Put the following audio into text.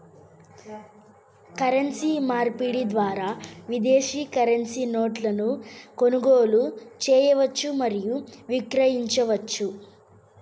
currency మార్పిడి ద్వారా విదేశీ కరెన్సీ నోట్లను కొనుగోలు చేయవచ్చు మరియు విక్రయించవచ్చు